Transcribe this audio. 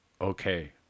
okay